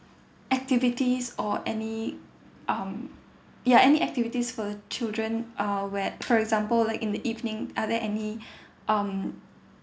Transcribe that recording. activities or any um ya any activities for the children uh when for example like in the evening are there any um